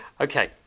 Okay